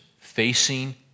facing